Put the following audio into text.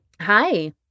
Hi